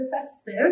festive